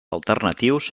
alternatius